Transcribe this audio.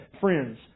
friends